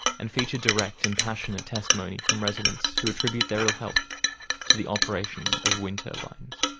and feature direct and passionate testimony from residents who attribute their ill-health to the operation of wind turbines.